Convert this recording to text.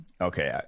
okay